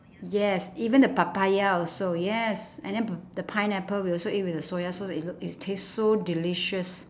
yes even the papaya also yes and then p~ the pineapple we also eat with the soya sauce it l~ it's tastes so delicious